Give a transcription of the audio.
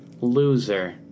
Loser